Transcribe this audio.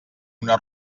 una